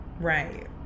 Right